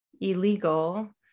illegal